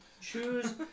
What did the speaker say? Choose